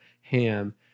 ham